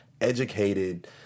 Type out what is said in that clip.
educated